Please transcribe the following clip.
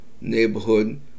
neighborhood